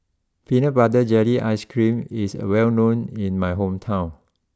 Peanut Butter Jelly Ice cream is well known in my hometown